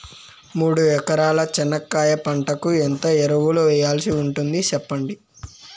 మూడు ఎకరాల చెనక్కాయ పంటకు ఎంత ఎరువులు వేయాల్సి ఉంటుంది సెప్పండి?